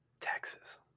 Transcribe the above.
Texas